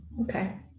Okay